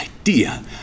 idea